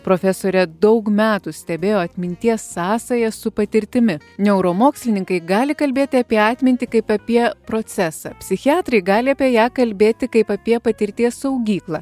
profesorė daug metų stebėjo atminties sąsają su patirtimi neuromokslininkai gali kalbėti apie atmintį kaip apie procesą psichiatrai gali apie ją kalbėti kaip apie patirties saugyklą